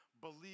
believe